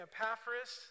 Epaphras